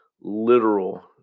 literal